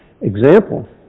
Example